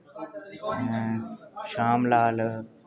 आं शामलाल